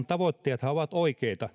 tavoitteethan ovat oikeita